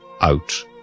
out